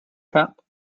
cap